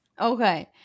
Okay